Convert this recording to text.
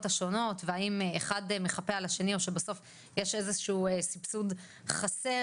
השונות והאם אחד מחפה על השני או שבסוף יש איזה שהוא סבסוד חסר,